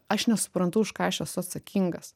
aš nesuprantu už ką aš esu atsakingas